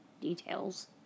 details